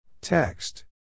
Text